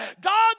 God